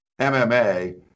MMA